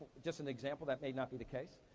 just an example, that may not be the case,